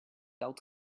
out